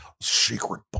Secret